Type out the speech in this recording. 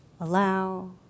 allow